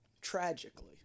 tragically